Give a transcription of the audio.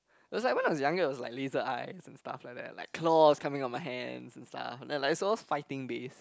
it was like when I was younger it was like laser eyes and stuffs like that like claws coming out of my hands and stuff like it's all fighting base